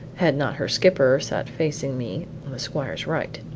had not her skipper sat facing me on the squire's right.